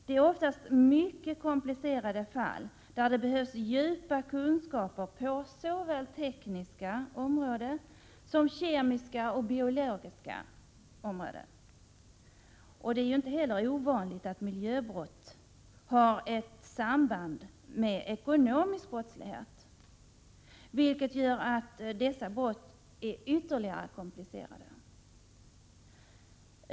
Det är ofta mycket komplicerade fall, där det behövs djupa kunskaper såväl på det tekniska området som i fråga om kemiska och biologiska frågor. Det är inte heller ovanligt att miljöbrott har ett samband med ekonomisk brottslighet, vilket gör att dessa brott ytterligare kompliceras.